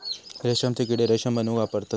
रेशमचे किडे रेशम बनवूक वापरतत